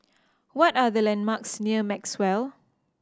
what are the landmarks near Maxwell